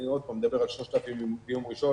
אני, עוד פעם, מדבר על 3,000 שיהיו מיום ראשון.